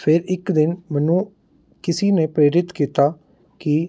ਫਿਰ ਇੱਕ ਦਿਨ ਮੈਨੂੰ ਕਿਸੇ ਨੇ ਪ੍ਰੇਰਿਤ ਕੀਤਾ ਕਿ